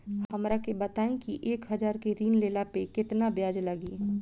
हमरा के बताई कि एक हज़ार के ऋण ले ला पे केतना ब्याज लागी?